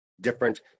different